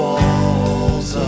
walls